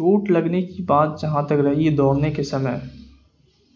چوٹ لگنے کی بات جہاں تک رہی دوڑنے کے سمے